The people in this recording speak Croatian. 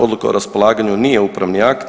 Odluka o raspolaganju nije upravni akt.